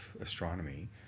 astronomy